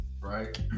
right